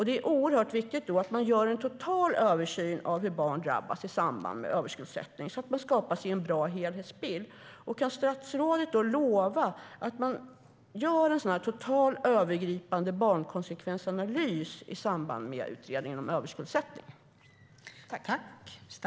Det är oerhört viktigt att man gör en total översyn av hur barn drabbas i samband med överskuldsättning, så att man skapar sig en bra helhetsbild.